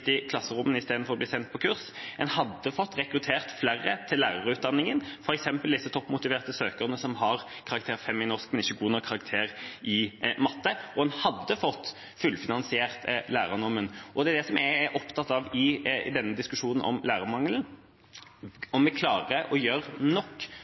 i klasserommene i stedet for å bli sendt på kurs. En hadde fått rekruttert flere til lærerutdanningen, f.eks. disse toppmotiverte søkerne som har karakteren fem i norsk, men ikke god nok karakter i matte, og en hadde fått fullfinansiert lærernormen. Det jeg er opptatt av i denne diskusjonen om lærermangelen, er om vi klarer å gjøre nok